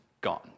gone